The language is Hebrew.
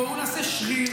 בואו נעשה שריר,